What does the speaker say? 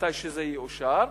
כשזה יאושר,